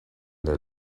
der